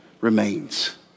remains